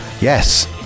yes